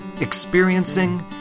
experiencing